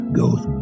goes